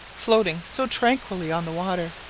floating so tranquilly on the water,